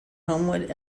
homewood